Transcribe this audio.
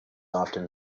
often